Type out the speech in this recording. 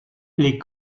les